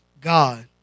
God